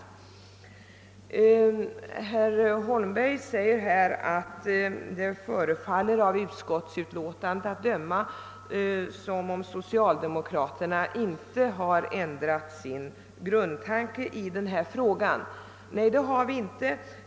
Herr Holmberg framhöll att det av utskottsutlåtandet att döma förefaller som om socialdemokraterna inte har ändrat sin grundtanke i denna fråga. Nej, det har vi inte.